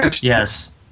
Yes